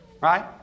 Right